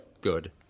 good